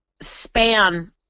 span